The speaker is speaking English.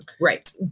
Right